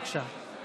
בבקשה.